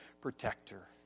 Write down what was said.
protector